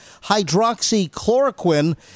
hydroxychloroquine